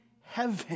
heaven